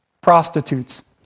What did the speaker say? prostitutes